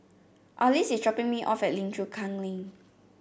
Arlis is dropping me off at Lim Chu Kang Lane